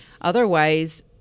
Otherwise